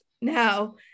now